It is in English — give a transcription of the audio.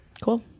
Cool